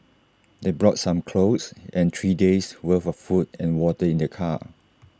they brought some clothes and three days' worth of food and water in their car